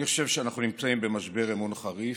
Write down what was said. אני חושב שאנחנו נמצאים במשבר אמון חריף,